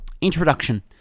Introduction